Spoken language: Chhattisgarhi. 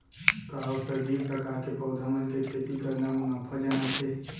का औषधीय प्रकार के पौधा मन के खेती करना मुनाफाजनक हे?